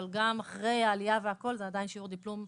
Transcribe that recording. אבל גם אחרי העלייה והכול זה עדיין שיעור דיפלום,